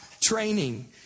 training